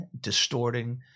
distorting